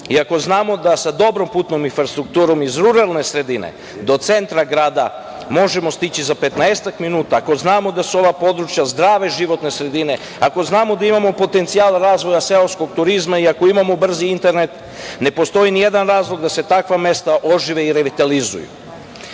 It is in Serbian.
Ako znamo da sa dobrom putnom infrastrukturom iz ruralne sredine do centra grada možemo stići za petnaestak minuta, ako znamo da su ova područja zdrave životne sredine, ako znamo da imamo potencijal razvoja seoskog turizma i ako imamo brzi internet, ne postoji nijedan razlog da se takva mesta ne ožive i revitalizuju. Na